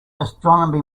astronomy